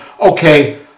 okay